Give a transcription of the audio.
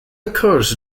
occurs